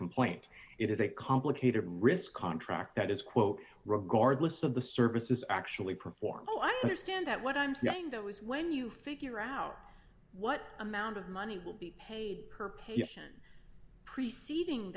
complaint it is a complicated risk contract that is quote regardless of the services actually perform oh i understand that what i'm saying though is when you figure out what amount of money will be paid per patient preceding